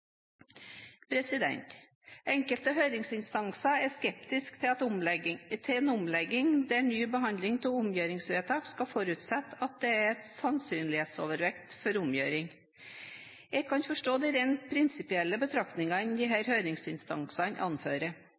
Enkelte høringsinstanser er skeptiske til en omlegging der ny behandling av omgjøringsvedtak skal forutsette at det er sannsynlighetsovervekt for omgjøring. Jeg kan forstå de rent prinsipielle betraktningene disse høringsinstansene anfører.